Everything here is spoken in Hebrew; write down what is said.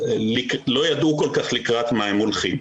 ושלא ידעו כל כך לקראת מה הם הולכים.